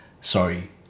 sorry